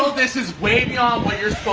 this is way beyond where you're